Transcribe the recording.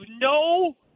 no